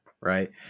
right